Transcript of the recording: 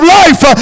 life